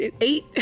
eight